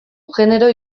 genero